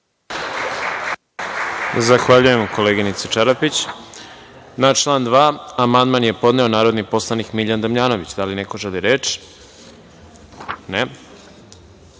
Zahvaljujem koleginice Čarapić. Na član 2. amandman je podneo narodni poslanik Miljan Damjanović. Da li neko želi reč?